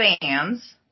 fans